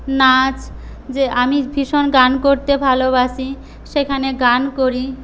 গান নাচ আমি ভীষন গান করতে ভালোবাসি সেখানে গান করি